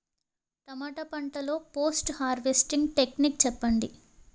టమాటా పంట లొ post harvesting techniques చెప్పండి?